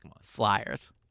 Flyers